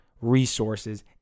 resources